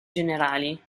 generali